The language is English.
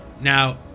now